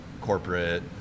corporate